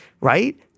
right